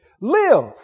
Live